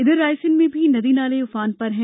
इधर रायसेन में भी नदी नाले उफान पर हैं